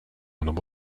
and